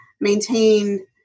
maintain